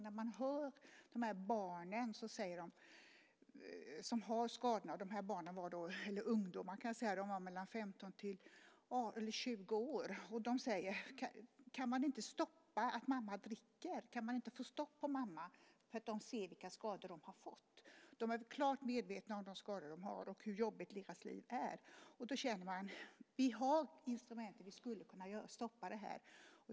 När man hör de här ungdomarna som har skadorna - de var mellan 15 och 20 år - säger de: Kan man inte stoppa att mamma dricker? Kan man inte få stopp på mamma? För de ser vilka skador de har fått. De är klart medvetna om de skador de har och hur jobbigt deras liv är. Då känner man att vi har instrumentet. Vi skulle kunna stoppa det här.